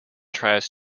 tries